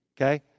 okay